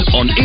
on